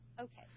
Okay